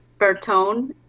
Bertone